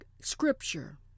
scripture